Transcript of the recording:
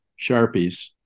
sharpies